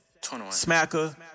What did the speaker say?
smacker